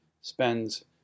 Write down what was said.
spends